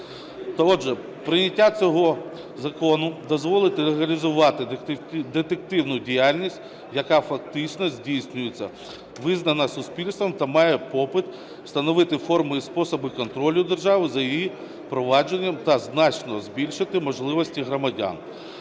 Отже, прийняття цього закону дозволить легалізувати детективну діяльність, яка фактично здійснюється, визнана суспільством та має попит встановити форми і способи контролю держави за її провадженням та значно збільшити можливості громадян